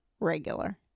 regular